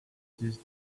this